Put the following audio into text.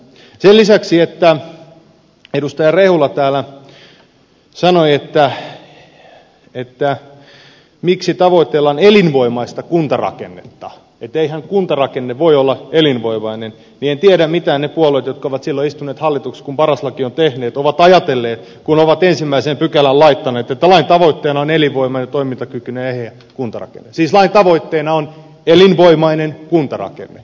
kun edustaja rehula täällä ihmetteli miksi tavoitellaan elinvoimaista kuntarakennetta että eihän kuntarakenne voi olla elinvoimainen niin en tiedä mitä ne puolueet jotka ovat silloin istuneet hallituksessa kun paras lakia ovat tehneet ovat ajatelleet kun ovat ensimmäiseen pykälään laittaneet että lain tavoitteena on elinvoimainen ja toimintakykyinen ja eheä kuntarakenne siis että lain tavoitteena on elinvoimainen kuntarakenne